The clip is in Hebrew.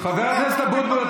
חבר הכנסת אבוטבול,